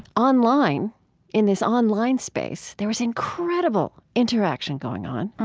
online in this online space, there was incredible interaction going on,